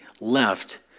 left